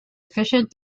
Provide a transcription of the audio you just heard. efficient